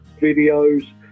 videos